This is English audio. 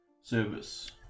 service